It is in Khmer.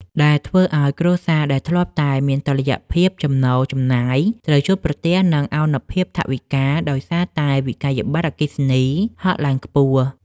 ដែលធ្វើឱ្យគ្រួសារដែលធ្លាប់តែមានតុល្យភាពចំណូលចំណាយ ត្រូវជួបប្រទះនឹងឱនភាពថវិកាដោយសារតែវិក្កយបត្រអគ្គិសនីហក់ឡើងខ្ពស់។